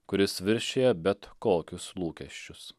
kuris viršija bet kokius lūkesčius